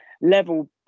level